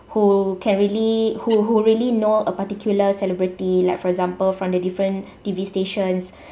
who can really who who really know a particular celebrity like for example from the different T_V stations